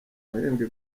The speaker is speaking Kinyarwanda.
wahembwe